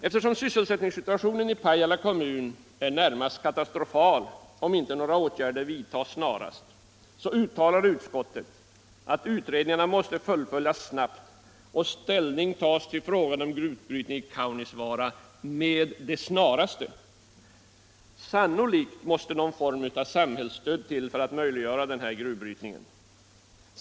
Eftersom sysselsättningssituationen i Pajala kommun är närmast katastrofal, om inte några åtgärder vidtas snarast, uttalar utskottet att utredningarna måste fullföljas snabbt och ställning tas till frågan om gruvbrytning i Kaunisvaara med det snaraste, Sannolikt måste någon form av samhällsstöd till för att möjliggöra denna gruvbrytning.